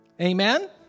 Amen